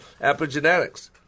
epigenetics